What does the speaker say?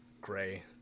gray